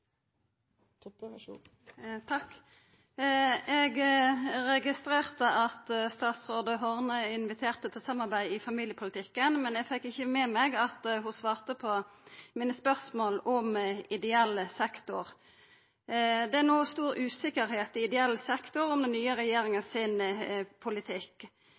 Horne inviterte til samarbeid i familiepolitikken, men eg fekk ikkje med meg at ho svarte på mine spørsmål om ideell sektor. Det er no stor uvisse i ideell sektor om den nye regjeringa sin politikk.